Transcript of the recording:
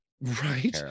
right